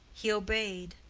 he obeyed,